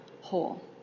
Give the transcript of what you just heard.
whole